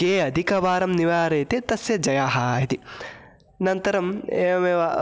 के अधिकवारं निवारयति तस्य जयः इति अनन्तरम् एवमेव